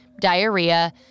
diarrhea